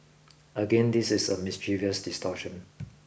again this is a mischievous distortion